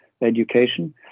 education